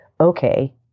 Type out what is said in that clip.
Okay